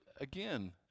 again